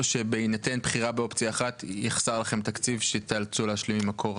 או בהינתן בחירה באופציה אחת יחסר לכם תקציב ותאלצו להשלים ממקור אחר?